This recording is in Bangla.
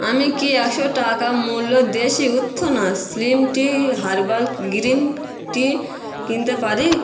আমি কি একশো টাকা মূল্যর দেশি উত্থনা slim tea herbal green tea কিনতে পারি